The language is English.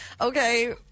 Okay